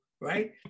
right